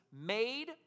made